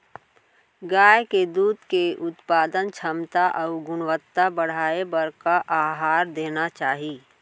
गाय के दूध के उत्पादन क्षमता अऊ गुणवत्ता बढ़ाये बर का आहार देना चाही?